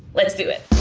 let's do it.